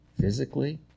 physically